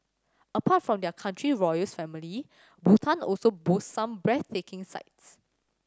apart from there country's royal family Bhutan also boasts some breathtaking sights